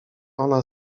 ona